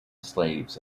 slaves